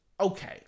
okay